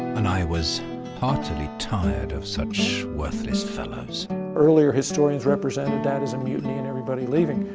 and i was heartily tired of such worthless fellows early ah historians represented that as a mutiny and everybody leaving.